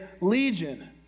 legion